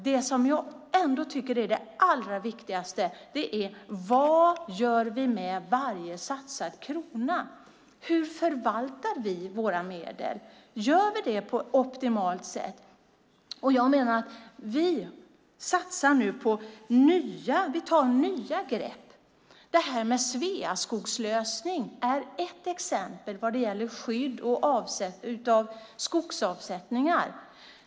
Det som jag ändå tycker är det allra viktigaste är vad vi gör med varje satsad krona. Hur förvaltar vi våra medel? Gör vi det på ett optimalt sätt? Jag menar att vi nu tar nya grepp. Sveaskogslösningen är ett exempel vad gäller skydd av skogsavsättningar.